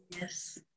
Yes